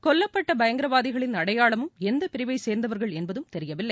கொல்லப்பட்ட பயங்கரவாதிகளின் அடையாளமும் எந்த பிரிவை சேர்ந்தவர்கள் என்பதும் தெரியவில்லை